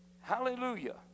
Hallelujah